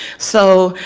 so,